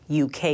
UK